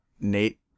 Nate